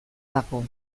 dago